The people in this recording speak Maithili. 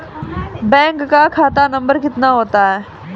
बैंक का खाता नम्बर कितने होते हैं?